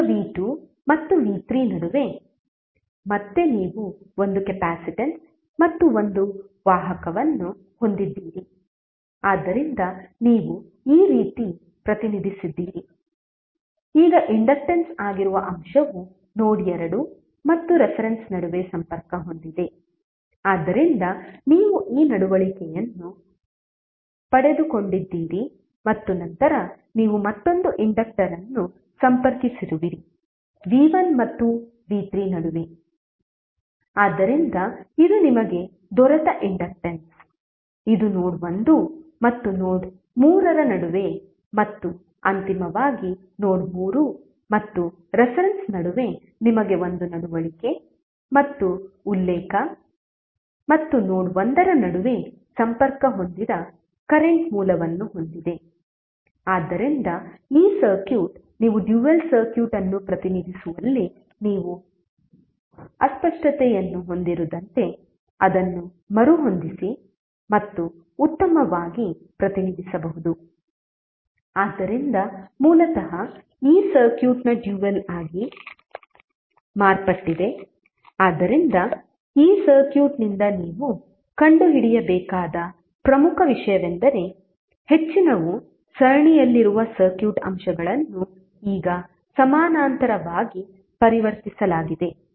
ಈಗ v2 ಮತ್ತು v3 ನಡುವೆ ಮತ್ತೆ ನೀವು ಒಂದು ಕೆಪಾಸಿಟನ್ಸ್ ಮತ್ತು ಒಂದು ವಾಹಕವನ್ನು ಹೊಂದಿದ್ದೀರಿ ಆದ್ದರಿಂದ ನೀವು ಈ ರೀತಿ ಪ್ರತಿನಿಧಿಸಿದ್ದೀರಿ ಈಗ ಇಂಡಕ್ಟನ್ಸ್ ಆಗಿರುವ ಅಂಶವು ನೋಡ್ 2 ಮತ್ತು ರೆಫರೆನ್ಸ್ ನಡುವೆ ಸಂಪರ್ಕ ಹೊಂದಿದೆ ಆದ್ದರಿಂದ ನೀವು ಈ ನಡವಳಿಕೆಯನ್ನು ಪಡೆದುಕೊಂಡಿದ್ದೀರಿ ಮತ್ತು ನಂತರ ನೀವು ಮತ್ತೊಂದು ಇಂಡಕ್ಟರ್ ಅನ್ನು ಸಂಪರ್ಕಿಸಿರುವಿರಿ v1 ಮತ್ತು v3 ನಡುವೆ ಆದ್ದರಿಂದ ಇದು ನಿಮಗೆ ದೊರೆತ ಇಂಡಕ್ಟನ್ಸ್ ಇದು ನೋಡ್ 1 ಮತ್ತು ನೋಡ್ 3 ರ ನಡುವೆ ಮತ್ತು ಅಂತಿಮವಾಗಿ ನೋಡ್ 3 ಮತ್ತು ರೆಫರೆನ್ಸ್ ನಡುವೆ ನಿಮಗೆ ಒಂದು ನಡವಳಿಕೆ ಮತ್ತು ಉಲ್ಲೇಖ ಮತ್ತು ನೋಡ್ 1 ರ ನಡುವೆ ಸಂಪರ್ಕ ಹೊಂದಿದ ಕರೆಂಟ್ ಮೂಲವನ್ನು ಹೊಂದಿದೆ ಆದ್ದರಿಂದ ಈ ಸರ್ಕ್ಯೂಟ್ ನೀವು ಡ್ಯುಯಲ್ ಸರ್ಕ್ಯೂಟ್ ಅನ್ನು ಪ್ರತಿನಿಧಿಸುವಲ್ಲಿ ನೀವು ಅಸ್ಪಷ್ಟತೆಯನ್ನು ಹೊಂದಿರದಂತೆ ಅದನ್ನು ಮರುಹೊಂದಿಸಿ ಮತ್ತು ಉತ್ತಮವಾಗಿ ಪ್ರತಿನಿಧಿಸಬಹುದು ಆದ್ದರಿಂದ ಮೂಲತಃ ಈ ಸರ್ಕ್ಯೂಟ್ನ ಡ್ಯುಯಲ್ ಆಗಿ ಮಾರ್ಪಟ್ಟಿದೆ ಆದ್ದರಿಂದ ಈ ಸರ್ಕ್ಯೂಟ್ನಿಂದ ನೀವು ಕಂಡುಹಿಡಿಯಬೇಕಾದ ಪ್ರಮುಖ ವಿಷಯವೆಂದರೆ ಹೆಚ್ಚಿನವು ಸರಣಿಯಲ್ಲಿರುವ ಸರ್ಕ್ಯೂಟ್ ಅಂಶಗಳನ್ನು ಈಗ ಸಮಾನಾಂತರವಾಗಿ ಪರಿವರ್ತಿಸಲಾಗಿದೆ